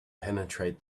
penetrate